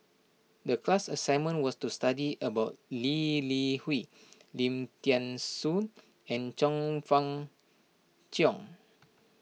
the class assignment was to study about Lee Li Hui Lim thean Soo and Chong Fah Cheong